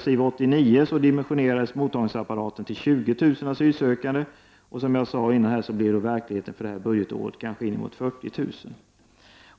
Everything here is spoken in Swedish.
SIV 89 dimensionerades mottagningsapparaten till 20 000 asylsökande, och som jag sade tidigare blir det under det här budgetåret i verkligheten fråga om inemot 40 000.